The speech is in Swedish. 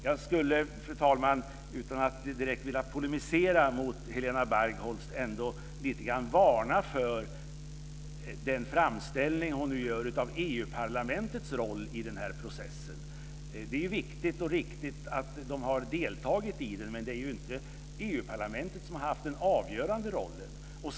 Jag skulle, fru talman, utan att direkt vilja polemisera mot Helena Bargholtz ändå lite grann varna för hennes framställning av EU-parlamentets roll i den här processen. Det är viktigt och riktigt att man har deltagit i den, men det är ju inte EU-parlamentet som har haft den avgörande rollen.